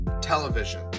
television